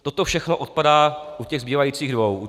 Toto všechno odpadá u těch zbývajících dvou.